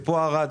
פה ארד,